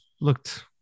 looked